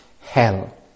hell